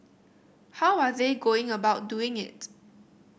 how are they going about doing it